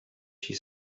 she